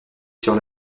sur